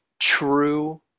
true